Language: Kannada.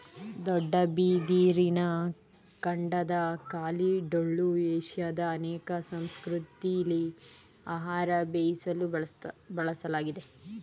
ದೊಡ್ಡ ಬಿದಿರಿನ ಕಾಂಡದ ಖಾಲಿ ಟೊಳ್ಳು ಏಷ್ಯಾದ ಅನೇಕ ಸಂಸ್ಕೃತಿಲಿ ಆಹಾರ ಬೇಯಿಸಲು ಬಳಸಲಾಗ್ತದೆ